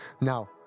Now